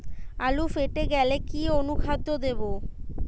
আলু ফেটে গেলে কি অনুখাদ্য দেবো?